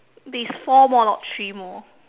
there is four more not three more